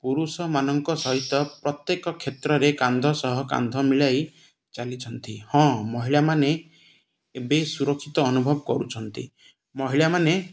ପୁରୁଷମାନଙ୍କ ସହିତ ପ୍ରତ୍ୟେକ କ୍ଷେତ୍ରରେ କାନ୍ଧ ସହ କାନ୍ଧ ମିଳାଇ ଚାଲିଛନ୍ତି ହଁ ମହିଳାମାନେ ଏବେ ସୁରକ୍ଷିତ ଅନୁଭବ କରୁଛନ୍ତି ମହିଳାମାନେ